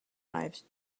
lives